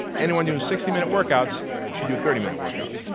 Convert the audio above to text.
anyone doing sixty minute workouts should do thirty minute workouts.